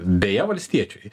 beje valstiečiui